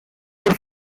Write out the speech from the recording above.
por